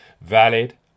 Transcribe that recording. valid